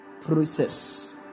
process